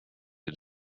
een